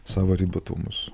savo ribotumus